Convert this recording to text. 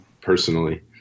personally